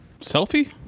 Selfie